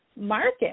market